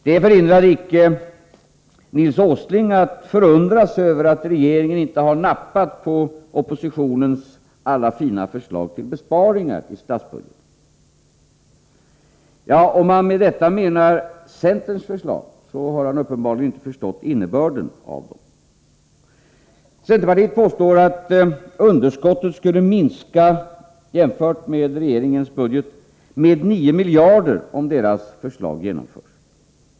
Det hindrar icke Nils Åsling från att förundra sig över att regeringen inte har ”nappat” på oppositionens alla fina förslag till besparingar i statsbudgeten. Ja, om han med detta avser centerns förslag, har han uppenbarligen inte förstått innebörden av dem. Från centerpartiets sida påstår man att underskottet skulle minska, jämfört med regeringens budget, med 9 miljarder om deras förslag genomfördes.